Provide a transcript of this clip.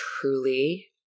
truly